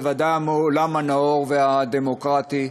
בוודאי מהעולם הנאור והדמוקרטי,